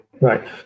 Right